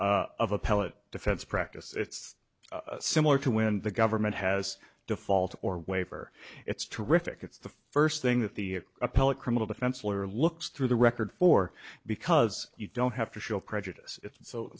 e of appellate defense practice it's similar to when the government has default or waiver it's terrific it's the first thing that the appellate criminal defense lawyer looks through the record for because you don't have to show prejudice it's so